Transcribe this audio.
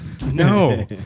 No